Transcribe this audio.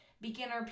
Beginner